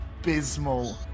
abysmal